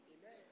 Amen